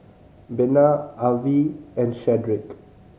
Bena Avie and Shedrick